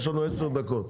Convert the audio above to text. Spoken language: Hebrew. יש לנו עשר דקות.